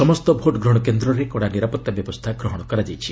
ସମସ୍ତ ଭୋଟ୍ଗ୍ରହଣ କେନ୍ଦ୍ରରେ କଡ଼ା ନିରାପତ୍ତା ବ୍ୟବସ୍ଥା ଗ୍ରହଣ କରାଯାଇଛି